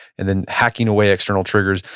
and then hacking away external triggers.